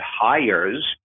hires